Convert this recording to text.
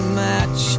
match